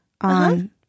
on